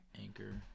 Anchor